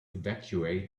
evacuate